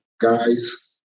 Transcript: guys